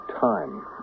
time